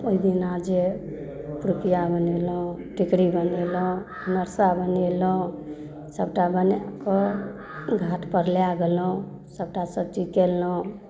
ओइ दिना जे पिरुकिया बनेलहुँ टिकरी बनेलहुँ अनरसा बनेलहुँ सबटा बना कए घाटपर लए गेलहुँ सबटा सब चीज केलहुँ